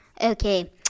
Okay